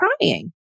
crying